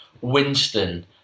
Winston